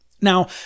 Now